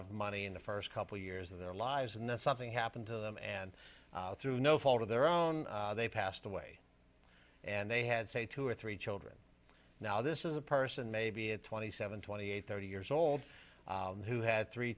of money in the first couple years of their lives and then something happened to them and through no fault of their own they passed away and they had say two or three children now this is a person maybe it's twenty seven twenty eight thirty years old who had three